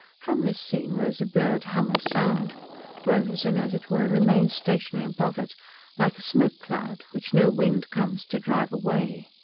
from this scene rose a blurred hum of sound rose and as it were remained stationary above it like a smoke-cloud, which no wind comes to drive away.